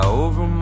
over